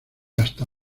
hasta